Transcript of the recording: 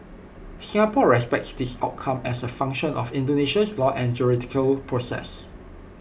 Singapore respects this outcome as A function of Indonesia's laws and judicial process